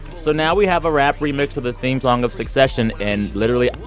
so now we have a rap remix of the theme song of succession. and literally,